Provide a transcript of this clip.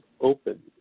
open